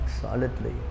solidly